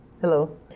Hello